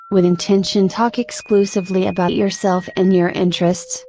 with intention talk exclusively about yourself and your interests,